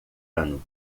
ano